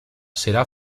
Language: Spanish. será